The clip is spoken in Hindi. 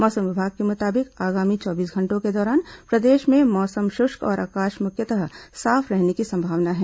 मौसम विभाग के मुताबिक आगामी चौबीस घंटों के दौरान प्रदेश में मौसम शुष्क और आकाश मुख्यतः साफ रहने की संभावना है